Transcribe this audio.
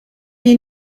est